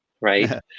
right